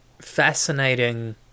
fascinating